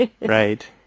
Right